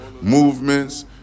movements